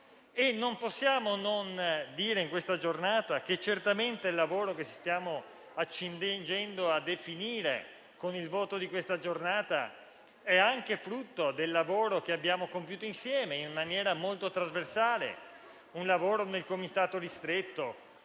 Non possiamo non dire, in questa giornata, che certamente il lavoro che ci stiamo accingendo a definire con il voto odierno è anche frutto del lavoro che abbiamo compiuto insieme, in maniera molto trasversale, nel Comitato ristretto,